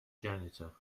janitor